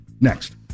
Next